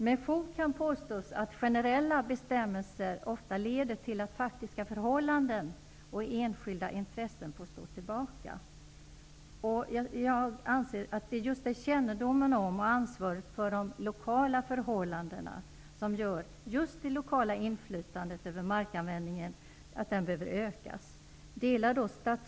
Med fog kan påstås att generella bestämmelser ofta leder till att faktiska förhållanden och enskilda intressen får stå tillbaka. Jag anser att det är kännedomen om och ansvaret för de lokala förhållandena som gör att just det lokala inflytandet över markanvändningen behöver ökas.